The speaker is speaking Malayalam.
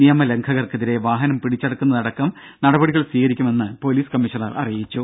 നിയമലംഘകർക്കെതിരെ വാഹനം പിടിച്ചെടുക്കുന്നതടക്കം നടപടികൾ സ്വീകരിക്കുമെന്നും പൊലീസ് കമ്മീഷണർ അറിയിച്ചു